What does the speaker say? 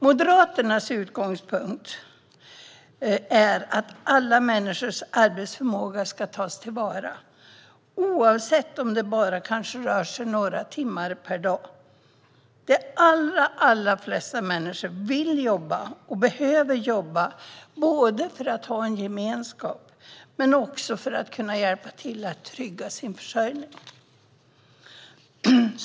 Moderaternas utgångspunkt är att alla människors arbetsförmåga ska tas till vara, oavsett om det kanske bara rör sig om några timmar per dag. De allra flesta människor vill jobba och behöver jobba, både för att ha en gemenskap och för att trygga sin försörjning.